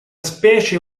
specie